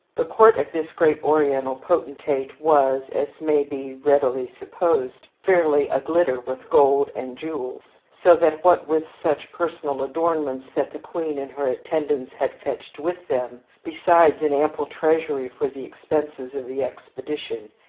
the court of this great oriental potentate was, as may be readily supposed, fairly aglitter with gold and jewels, so that, what with such personal adornments that the queen and her attendants had fetched with them, besides an ample treasury for the expenses of the expedition,